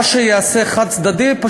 מה שייעשה חד-צדדית,